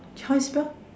try spell